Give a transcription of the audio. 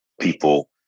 people